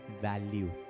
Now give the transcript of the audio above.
value